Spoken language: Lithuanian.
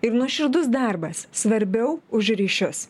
ir nuoširdus darbas svarbiau už ryšius